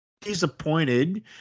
disappointed